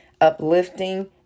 uplifting